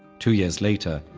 two years later,